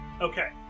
Okay